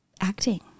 acting